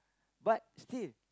but still